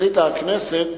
החליטה הכנסת,